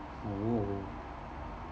oh